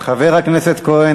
חבר הכנסת כהן,